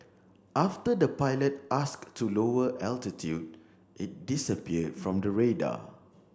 after the pilot asked to lower altitude it disappear from the radar